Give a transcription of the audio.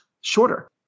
shorter